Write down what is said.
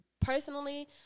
personally